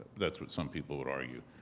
that's what some people would argue.